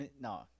no